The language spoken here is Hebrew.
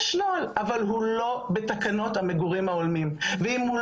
יש נוהל אבל הוא לא בתקנות המגורים ההולמים ואם הוא